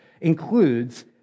includes